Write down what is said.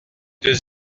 deux